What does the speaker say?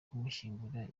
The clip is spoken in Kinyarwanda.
kumushyingura